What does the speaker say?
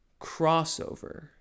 crossover